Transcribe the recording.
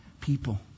people